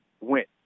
went